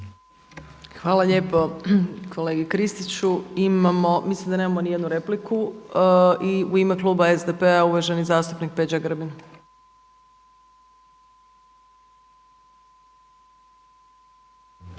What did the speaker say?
Hvala lijepo kolegi Kristiću. Mislim da nemamo nijednu repliku. I u ime kluba SDP-a uvaženi zastupnik Peđa Grbin.